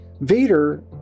Vader